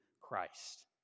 Christ